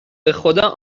بخدا